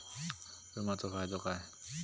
विमाचो फायदो काय?